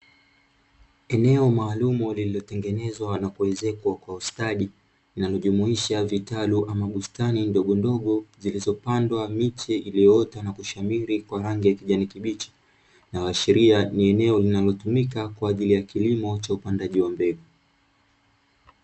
Eneo maalumu lililotengenezwa na kuezekwa kwa ustadi, linalojumuisha vitalu ama bustani ndogondogo zilizopandwa miche iliyoota na kushamiri kwa rangi ya kijani kibichi, na huashiria ni eneo linalotumika kwa ajili ya kilimo cha upandaji wa mbegu.